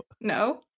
no